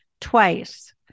twice